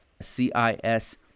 CIS